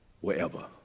wherever